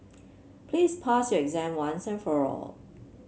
please pass your exam once and for all